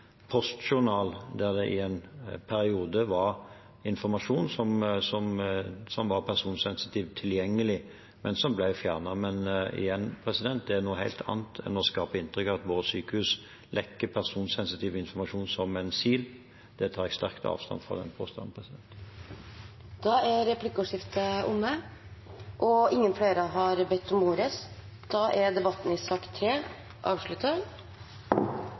postjournal der det i en periode var personsensitiv informasjon tilgjengelig, men som ble fjernet. Men igjen – det er noe helt annet enn å skape inntrykk av at våre sykehus lekker personsensitiv informasjon som en sil. Den påstanden tar jeg sterkt avstand fra. Replikkordskiftet er omme. Flere har ikke bedt om ordet til sak nr. 3. Etter ønske fra helse- og omsorgskomiteen vil presidenten ordne debatten